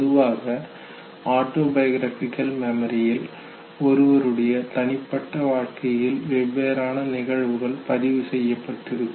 பொதுவாக ஆட்டோபயோகிராபிகல் மெமரியில் ஒருவருடைய தனிப்பட்ட வாழ்க்கையில் வெவ்வேறான நிகழ்வுகள் பதிவு செய்யப்பட்டிருக்கும்